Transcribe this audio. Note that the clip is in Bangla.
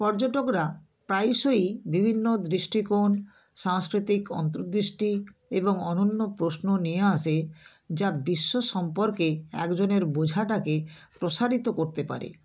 পর্যটকরা প্রায়শই বিভিন্ন দৃষ্টিকোণ সাংস্কৃতিক অন্তর্দৃষ্টি এবং অনন্য প্রশ্ন নিয়ে আসে যা বিশ্ব সম্পর্কে একজনের বোঝাটাকে প্রসারিত করতে পারে